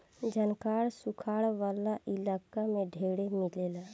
झंखाड़ सुखार वाला इलाका में ढेरे मिलेला